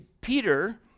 peter